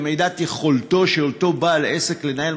כמידת יכולתו של אותו בעל עסק לנהל